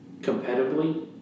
competitively